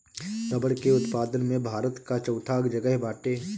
रबड़ के उत्पादन में भारत कअ चउथा जगह बाटे